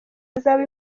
hazaba